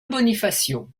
bonifacio